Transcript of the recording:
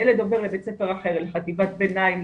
הילד עובר לבית ספר אחר לחטיבת ביניים,